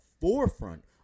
forefront